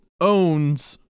owns